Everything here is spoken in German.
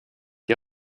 die